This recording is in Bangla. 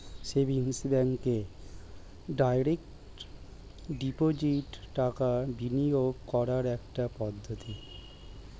সেভিংস ব্যাঙ্কে ডাইরেক্ট ডিপোজিট টাকা বিনিয়োগ করার একটি পদ্ধতি